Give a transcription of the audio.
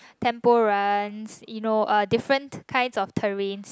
Temple Runs you know uh different kind of terrains